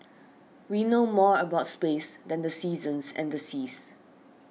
we know more about space than the seasons and the seas